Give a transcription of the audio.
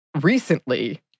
recently